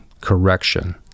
correction